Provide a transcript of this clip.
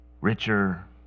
richer